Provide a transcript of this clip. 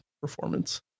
performance